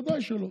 ודאי שלא,